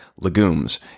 legumes